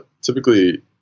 Typically